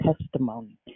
testimony